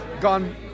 gone